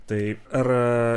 taip ar